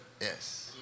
yes